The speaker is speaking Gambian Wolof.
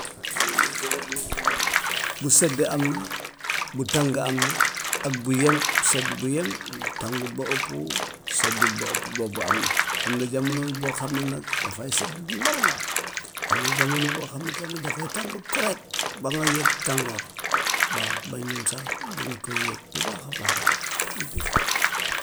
Waa yooyu ñett rek moo am de, bu sedd am na, bu tàng am na ak bu yem sedd bu yem, tàngut ba ëpp, seddut ba ëpp boobu am na. Am na jamono boo xam ne nag dafay sedd normal, am na jamono boo xam ne tamit dafay tàng correct ba ma yëg tàngoor waaw ba ñun sax dañ koy yëg bu baax a baax a baax, lii de xam naa.